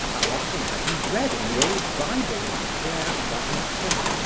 how often had he read in the old bible of pierre variquet,